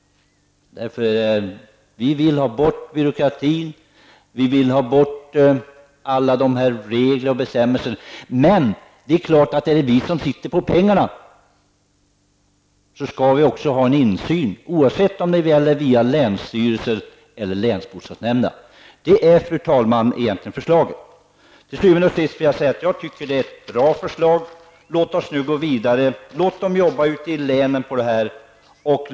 Vi vill ha bort byråkratin, och vi vill ha bort alla regler och bestämmelser. Men det är klart att om det är vi som sitter på pengarna skall vi också ha insyn, vare sig det är via länsstyrelsen eller länsbostadsnämnden. Det är egentligen det som är förslaget. Til syvende og sidst vill jag säga att jag tycker att det är ett bra förslag. Låt oss gå vidare. Låt människor ute i länen arbeta vidare på detta.